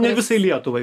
ne visai lietuvai